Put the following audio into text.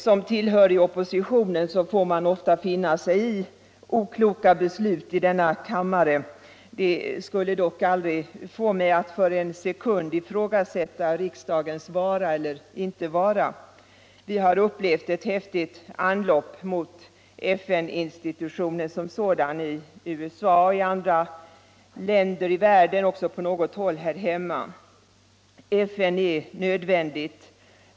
Som tillhörig oppositionen får man ofta finna sig i okloka beslut i denna kammare. Det skulle dock aldrig få mig att för en sekund ifrågasätta riksdagens vara eller inte vara. Vi har upplevt ett häftigt anlopp mot FN-institutionen i USA, i andra länder i världen och även på något håll här hemma. FN är nödvändigt.